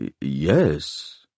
Yes